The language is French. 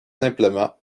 simplement